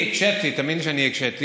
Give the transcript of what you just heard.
תאמין לי שאני הקשיתי.